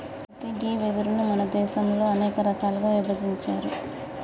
అయితే గీ వెదురును మన దేసంలో అనేక రకాలుగా ఇభజించారు